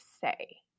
say